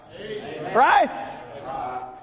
Right